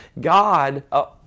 God